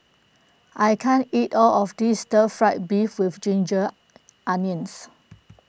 I can't eat all of this Stir Fry Beef with Ginger Onions